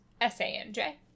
S-A-N-J